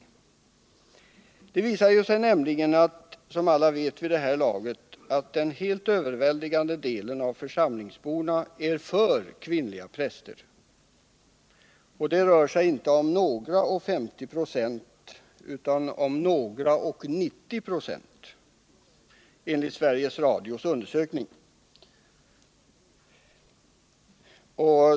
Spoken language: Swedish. Det visar sig Kvinnliga präster nämligen, som alla vet vid det här laget, att den helt övervägande delen av m.m. församlingsborna är för kvinnliga präster. Det rör sig inte om några och 50 26 utan om några och 90 25 enligt Sveriges Radios undersökning.